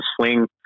swing